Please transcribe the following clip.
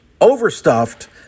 overstuffed